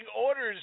orders